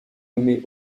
nommé